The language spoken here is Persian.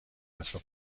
مترو